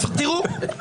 תכף תראו.